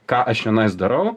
ką aš čianais darau